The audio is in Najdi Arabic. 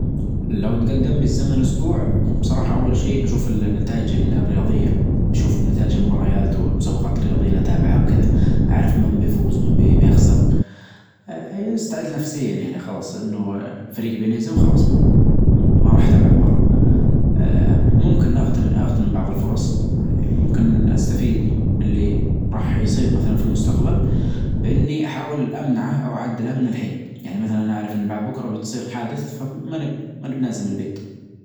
لو تجدم بالزمن أسبوع صراحة أول شي بشوف النتايج الرياضية، بشوف نتائج المباريات والمسابقات الرياضية اللي أتابعها وكدا أعرف من بيفوز مين بي-بيخسر، آآ لأستعد نفسيا يعني خلاص لأنه فريجي بينهزم خلاص ما راح أتابع المباراة، آآ ممكن أغتنم-أغتنم بعض الفرص ممكن أستفيد باللي راح يصير مثلا في المستقبل بأني أحاول أمنعه أو أعدله من الحين يعني مثلا أعرف أن بعد بكرة بتصير حادث ماني بنازم البيت.